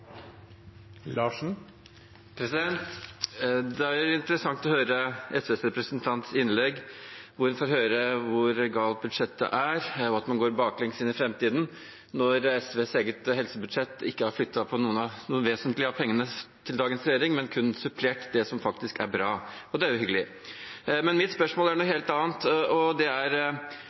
og at man går baklengs inn i framtiden, når man i SVs eget helsebudsjett ikke har flyttet på noe vesentlig av pengene fra dagens regjering, men kun har supplert det som er bra. Det er jo hyggelig. Men mitt spørsmål er om noe helt annet. Senterpartiet og Sosialistisk Venstreparti har gått sammen om følgende forslag: «Stortinget ber regjeringen utrede behovet for nasjonal produksjonskapasitet på vaksinene som inngår i barnevaksinasjonsprogrammet.» Vi er enige om at det er